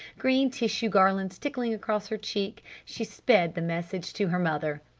green tissue garlands tickling across her cheek, she sped the message to her mother.